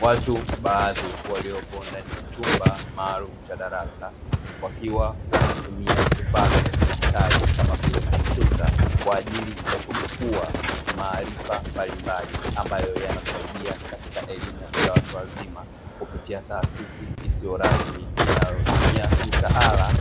Watu baadhi waliopo ndani ya chumba maalumu cha darasa, wakiwa wanatumia vifaa vya kidijitali kama vile kompyuta kwa ajili ya kudukua maarifa mbalimbali, ambayo yanasaidia katika elimu ya watu wazima kupitia taasisi isiyo rasmi inayotumia mitaala